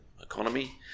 economy